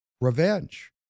revenge